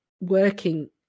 working